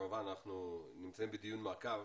כמובן אנחנו נמצאים בדיון מעקב.